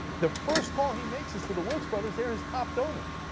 the first call he makes is to the wilks brothers, they are his top donors.